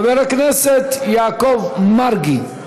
חבר הכנסת יעקב מרגי.